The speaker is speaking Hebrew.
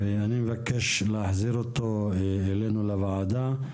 ואני מבקש להחזיר אותו אלינו לוועדה.